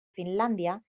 finlàndia